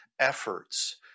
efforts